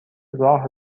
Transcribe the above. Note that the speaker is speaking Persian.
راه